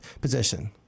position